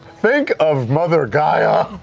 think of mother gaia!